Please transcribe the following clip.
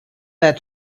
that